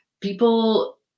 people